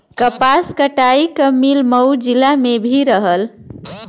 कपास कटाई क मिल मऊ जिला में भी रहल